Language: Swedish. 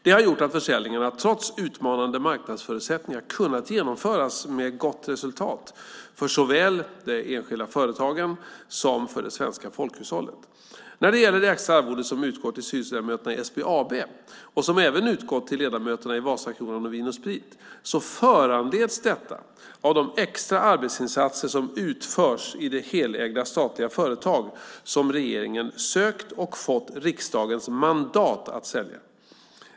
Det har gjort att försäljningarna trots utmanande marknadsförutsättningar kunnat genomföras med gott resultat såväl för de enskilda företagen som för det svenska folkhushållet. Det extra arvode som utgår till styrelseledamöterna i SBAB, och som även utgått till ledamöterna i Vasakronan och Vin & Sprit, föranleds av de extra arbetsinsatser som utförs i de helägda statliga företag som regeringen sökt och fått riksdagens mandat att sälja.